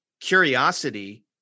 curiosity